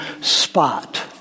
spot